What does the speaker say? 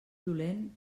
dolent